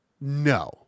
No